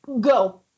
go